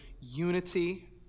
unity